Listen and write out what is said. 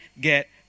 get